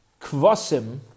kvasim